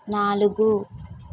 నాలుగు